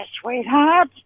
sweetheart